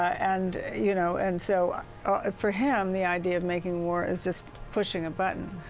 and you know and so ah for him, the idea of making war is just pushing a button.